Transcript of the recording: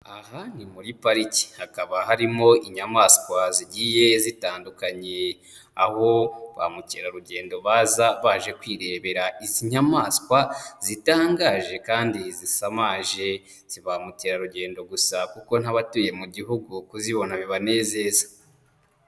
Aha ni muri pariki. Hakaba harimo inyamaswa zigiye zitandukanye, aho ba mukerarugendo baza baje kwirebera izi nyamaswa zitangaje kandi zisamaje. Si ba mukerarugendo gusa kuko n'abatuye mu gihugu kuzibona bibanezeza.